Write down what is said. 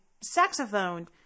saxophone